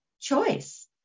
choice